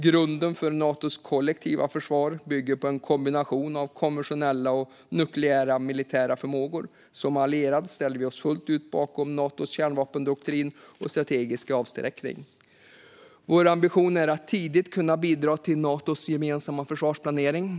Grunden för Natos kollektiva försvar bygger på en kombination av konventionella och nukleära militära förmågor. Som allierad ställer vi oss fullt ut bakom Natos kärnvapendoktrin och strategiska avskräckning. Vår ambition är att tidigt kunna bidra till Natos gemensamma försvarsplanering.